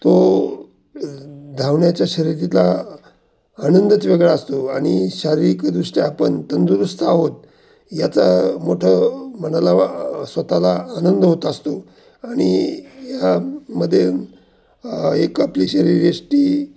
तो धावण्याच्या शर्यतीतला आनंदच वेगळा असतो आणि शारीरिकदृष्ट्या आपण तंदुरुस्त आहोत याचा मोठं मनाला स्वत ला आनंद होत असतो आणि यामध्ये एक आपली शरीरयष्टी